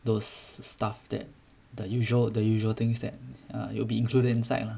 those stuff that the usual the usual things that err it will be included inside lah